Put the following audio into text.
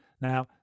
Now